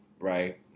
Right